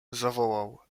zawołał